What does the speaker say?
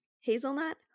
hazelnut